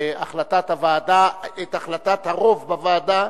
החלטת הוועדה, את החלטת הרוב בוועדה,